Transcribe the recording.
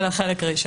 כן.